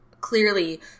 clearly